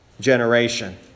generation